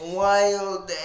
wild